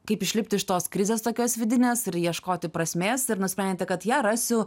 kaip išlipti iš tos krizės tokios vidinės ir ieškoti prasmės ir nusprendėte kad ją rasiu